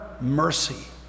mercy